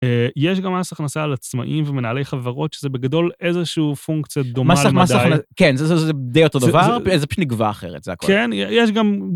יש גם מסכנסה על עצמאים ומנהלי חברות, שזה בגדול איזושהי פונקציה דומה למדי. כן, זה די אותו דבר, זה פשוט נגבה אחרת, זה הכול. כן, יש גם...